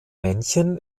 männchen